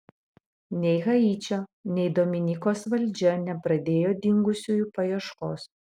nei haičio nei dominikos valdžia nepradėjo dingusiųjų paieškos